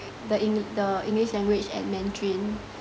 the eng~ the english language and mandarin